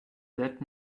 that